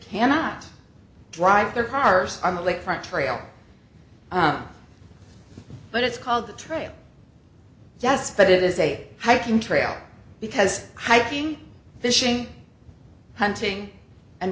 cannot drive their cars on the lakefront trail but it's called the trail yes but it is a hiking trail because hiking fishing hunting and